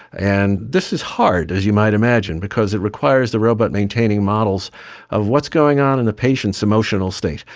and this is hard, as you might imagine, because it requires the robot maintaining models of what's going on in the patient's emotional state,